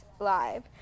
live